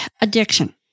addiction